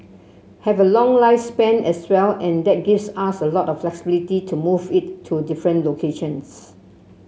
have a long lifespan as well and that gives us a lot of flexibility to move it to different locations